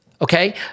okay